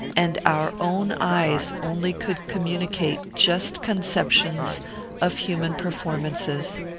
and our own eyes only could communicate just conceptions of human performances.